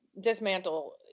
dismantle